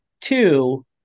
Two